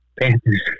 Panthers